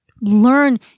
learn